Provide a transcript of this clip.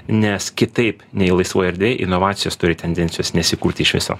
nes kitaip nei laisvoj erdvėj inovacijos turi tendencijos nesikurti iš viso